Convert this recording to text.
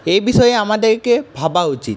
এই বিষয়ে আমাদেরকে ভাবা উচিত